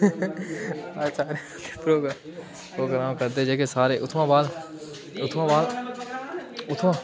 अच्छा programme programme करदे जेह्के सारे उत्थुआं बाद उत्थुआं बाद उत्थुआं